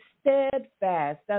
steadfast